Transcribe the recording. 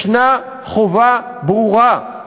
ישנה חובה ברורה: